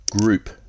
group